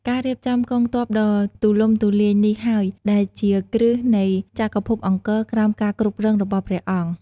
ការរៀបចំកងទ័ពដ៏ទូលំទូលាយនេះហើយដែលជាគ្រឹះនៃចក្រភពអង្គរក្រោមការគ្រប់គ្រងរបស់ព្រះអង្គ។